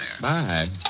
Bye